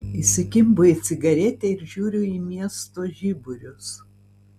įsikimbu į cigaretę ir žiūriu į miesto žiburius